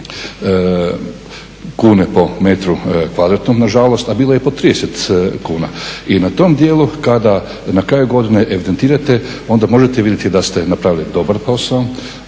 kune po metru kvadratnom nažalost, a bilo je i po 30 kuna. I na tom dijelu kada na kraju godine evidentirate, onda možete vidjeti da ste napravili dobar posao,